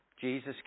Jesus